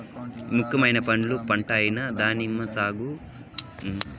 ముఖ్యమైన పండ్ల పంట అయిన దానిమ్మ సాగులో భారతదేశం మొదటి స్థానంలో ఉంది